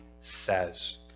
says